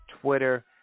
Twitter